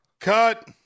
Cut